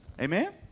Amen